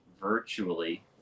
virtually